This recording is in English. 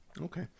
Okay